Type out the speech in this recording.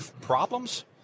problems